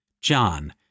John